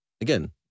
again